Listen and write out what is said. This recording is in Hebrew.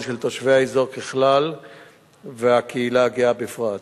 של תושבי האזור ככלל והקהילה הגאה בפרט.